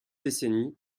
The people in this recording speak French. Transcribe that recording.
décennies